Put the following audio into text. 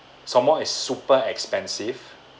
some more is super expensive